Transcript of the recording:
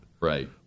right